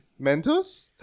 Mentos